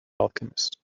alchemist